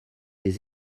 des